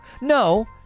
No